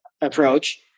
approach